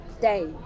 day